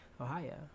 Ohio